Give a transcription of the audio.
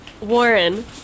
Warren